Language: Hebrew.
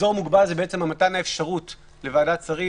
אזור מוגבל זה מתן אפשרות לוועדת שרים